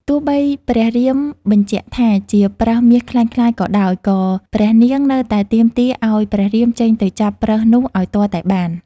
ទោះបីព្រះរាមបញ្ជាក់ថា ជាប្រើសមាសក្លែងក្លាយក៏ដោយ ក៏ព្រះនាងនៅតែទាមទារឱ្យព្រះរាមចេញទៅចាប់ប្រើសនោះឱ្យទាល់តែបាន។